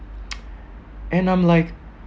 and I'm like